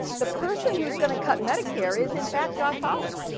the person who's going to cut medicare is in fact josh hawley.